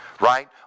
Right